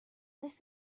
this